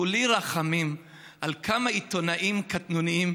כולי רחמים על כמה עיתונאים קטנוניים,